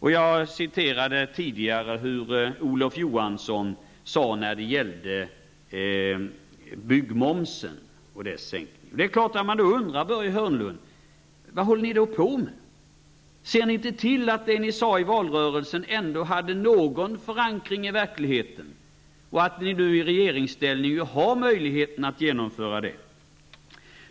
Jag citerade tidigare vad Olof Johansson sade när det gällde byggmomsen och dess sänkning. Det är klart att man då undrar vad ni håller på med. Såg ni inte till att det ni sade i valrörelsen ändå hade någon förankring i verkligheten och att ni nu i regeringsställning har någon möjlighet att genomföra det?